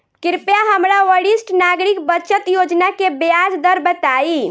कृपया हमरा वरिष्ठ नागरिक बचत योजना के ब्याज दर बताइं